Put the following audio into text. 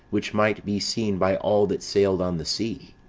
which might be seen by all that sailed on the sea.